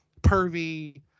pervy